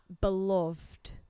beloved